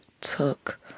took